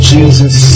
Jesus